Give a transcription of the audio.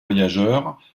voyageurs